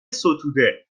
ستوده